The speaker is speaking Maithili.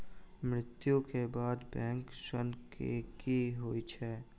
मृत्यु कऽ बाद बैंक ऋण कऽ की होइ है?